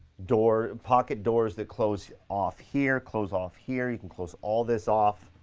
door, pocket doors that close off here, close off here, you can close all this off.